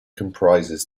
comprises